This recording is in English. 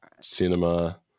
Cinema